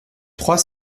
trois